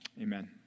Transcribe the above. Amen